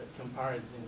comparison